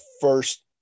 first